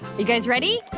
you guys ready?